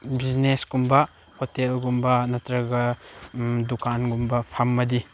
ꯕꯤꯖꯤꯅꯦꯁꯀꯨꯝꯕ ꯍꯣꯇꯦꯜꯒꯨꯝꯕ ꯅꯠꯇ꯭ꯔꯒ ꯗꯨꯀꯥꯟꯒꯨꯝꯕ ꯐꯝꯃꯗꯤ